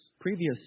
previous